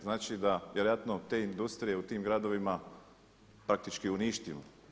Znači da vjerojatno te industrije u tim gradovima praktički uništimo.